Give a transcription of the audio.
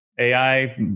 AI